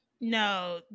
No